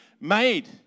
made